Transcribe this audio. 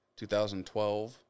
2012